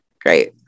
Great